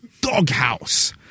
doghouse